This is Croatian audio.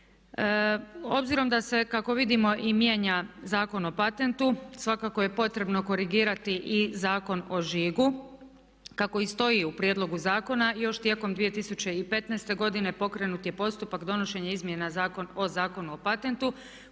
Obzirom da se kako vidimo i mijenja Zakon o patentu svakako je potrebno korigirati i Zakon o žigu kako i stoji u prijedlogu zakona. Još tijekom 2015.godine pokrenut je postupak donošenja izmjena Zakona o patentu